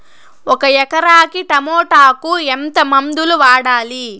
ఒక ఎకరాకి టమోటా కు ఎంత మందులు వాడాలి?